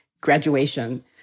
graduation